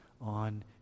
on